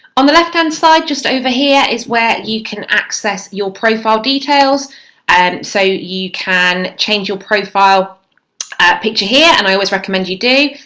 on the left-hand side just over here is where you can access your profile details and so you can change your profile picture here and i always recommend you do.